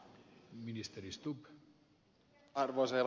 arvoisa herra puhemies